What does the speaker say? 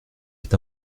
est